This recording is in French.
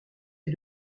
est